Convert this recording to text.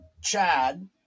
Chad